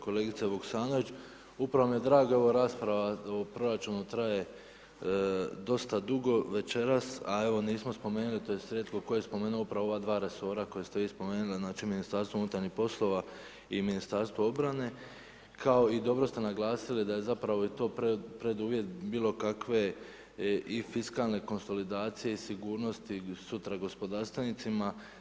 Kolegice Vukasnović upravo mi je drago ova rasprava o proračunu jer traje dosta dugo večeras, a evo, nismo spomenuli tj. rijetko tko je spomenuo uprav ova dva resora, koje ste vi spomenuli, znači Ministarstvo unutarnjih poslova i Ministarstvo obrane, kao i dobro ste naglasili da je zapravo i to preduvjet bilokakve i fiskalne konsolidacije i sigurnosti i sutra gospodarstvenicima.